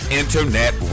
internet